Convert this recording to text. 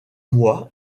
mois